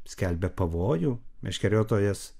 skelbia pavojų meškeriotojas